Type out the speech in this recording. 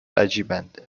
عجیبند